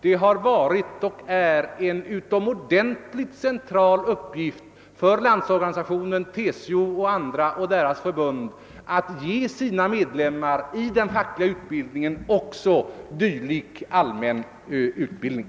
Det har varit och är en utomordentligt central uppgift för LO, TCO och andra förbund att i den fackliga verksamheten ge sina medlemmar även en dylik allmän utbildning.